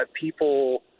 people